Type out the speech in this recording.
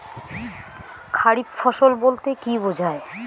খারিফ ফসল বলতে কী বোঝায়?